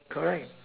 correct